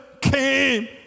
came